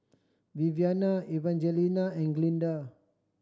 Viviana Evangelina and Glinda